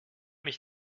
mich